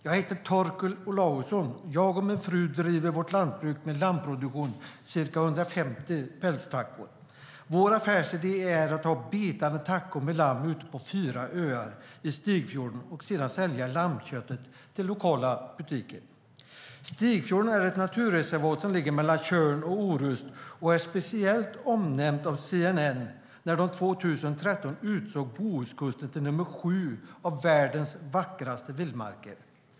Jag heter Torkel Olausson. Jag och min fru Karin driver vårt lantbruk med lammproduktion, ca 150 pälstackor. Vår affärsidé är att ha betande tackor med lamm ute på fyra öar i Stigfjorden och sedan sälja lammköttet till lokala butiker. Stigfjorden är ett naturreservat som ligger mellan Tjörn och Orust och blev speciellt omnämnt av CNN när man 2013 utsåg Bohuskusten till nr 7 av världens vackraste vildmarker.